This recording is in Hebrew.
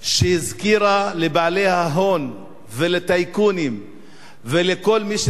שהזכירה לבעלי ההון ולטייקונים ולכל מי שרוצה